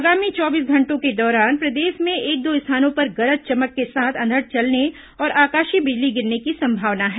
आगामी चौबीस घंटों के दौरान प्रदेश में एक दो स्थानों पर गरज चमक के साथ अंधड़ चलने और आकाशीय बिजली गिरने की संभावना है